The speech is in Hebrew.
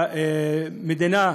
המדינה התעקשה,